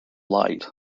light